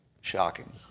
shocking